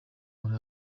urare